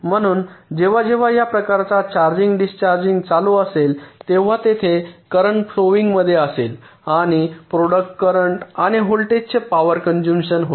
म्हणून जेव्हा जेव्हा या प्रकारचा चार्जिंग डिस्चार्ज चालू असेल तेव्हा तेथे करेन्ट फ्लोविंग मध्ये असेल आणि प्रॉडक्ट करेन्ट आणि व्होल्टेजचे पॉवर कॅनझुम्पशन होईल